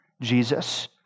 Jesus